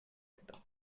latter